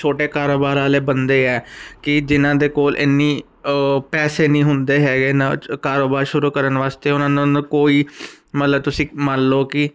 ਛੋਟੇ ਕਾਰੋਬਾਰ ਵਾਲੇ ਬੰਦੇ ਆ ਕਿ ਜਿਨਾਂ ਦੇ ਕੋਲ ਇੰਨੀ ਪੈਸੇ ਨਹੀਂ ਹੁੰਦੇ ਹੈਗੇ ਕਾਰੋਬਾਰ ਸ਼ੁਰੂ ਕਰਨ ਵਾਸਤੇ ਉਹਨਾਂ ਨੂੰ ਕੋਈ ਮਤਲਬ ਤੁਸੀਂ ਮੰਨ ਲਓ ਕਿ